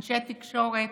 אנשי תקשורת,